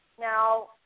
now